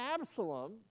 Absalom